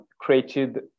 created